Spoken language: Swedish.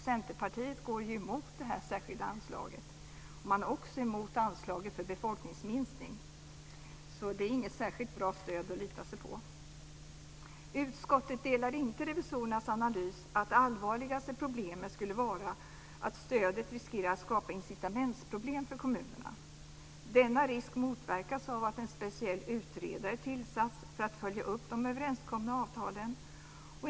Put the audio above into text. Centerpartiet går ju emot det här särskilda anslaget. Man är också emot anslaget för befolkningsminskning. Det är inget särskilt bra stöd att förlita sig på. Utskottet delar inte revisorernas analys att det allvarligaste problemet skulle vara att stödet riskerar att skapa incitamentsproblem för kommunerna. Denna risk motverkas av att en speciell utredare tillsatts för att följa upp de överenskomna avtalen.